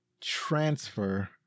transfer